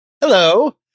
Hello